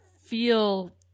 feel